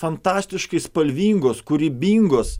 fantastiškai spalvingos kūrybingos